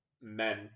men